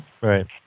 right